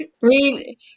Read